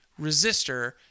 resistor